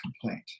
complaint